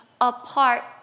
apart